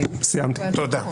תודה.